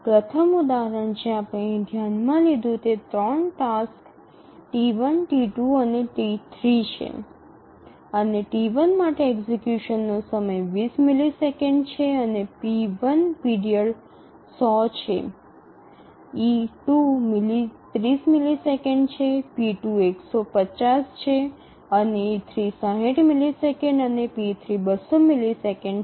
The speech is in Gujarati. પ્રથમ ઉદાહરણ જે આપણે અહીં ધ્યાનમાં લીધું છે તે 3 ટાસક્સ T1 T2 અને T3 છે અને T1 માટે એક્ઝિકયુશનનો સમય ૨0 મિલિસેકન્ડ છે અને p1 પીરિયડ ૧00 છે e2 ૩0 મિલિસેકન્ડ છે p2 ૧૫0 છે અને e3 ૬0 મિલિસેકન્ડ અને p3 ૨00 મિલિસેકંડ છે